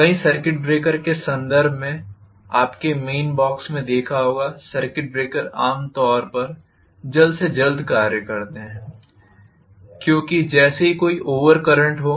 कई circuit breaker के संदर्भ में आपने मेन बॉक्स में देखा होगा सर्किट ब्रेकर आमतौर पर जल्द से जल्द कार्य करते हैं क्योंकि जैसे ही कोई ओवर करंट हो